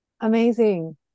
amazing